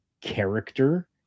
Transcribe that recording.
character